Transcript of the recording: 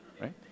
right